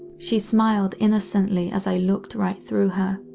she smiled innocently as i looked right through her.